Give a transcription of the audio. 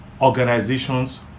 organizations